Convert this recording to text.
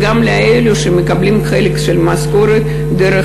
גם לאלה שמקבלים חלק של המשכורת דרך